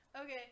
Okay